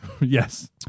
Yes